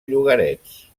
llogarets